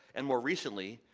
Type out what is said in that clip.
and more recently,